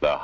the